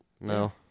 No